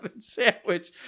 sandwich